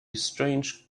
strange